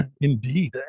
Indeed